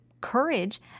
Courage